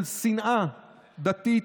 של שנאה דתית,